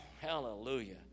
Hallelujah